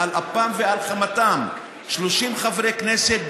על אפם ועל חמתם של 30 חברי כנסת,